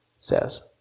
says